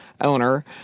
owner